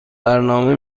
برنامه